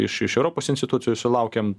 iš iš europos institucijų sulaukėm